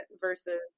versus